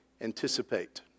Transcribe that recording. anticipate